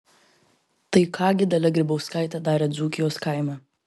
tai ką gi dalia grybauskaitė darė dzūkijos kaime